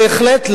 בהחלט,